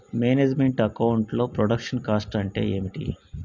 Manage meant account లో production cost అంటే ఏమిటి?